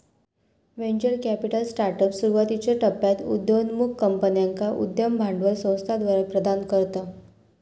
venture capital startups, सुरुवातीच्यो टप्प्यात उदयोन्मुख कंपन्यांका उद्यम भांडवल संस्थाद्वारा प्रदान करता